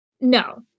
No